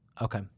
Okay